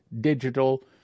digital